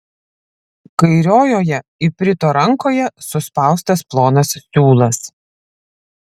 kairiojoje iprito rankoje suspaustas plonas siūlas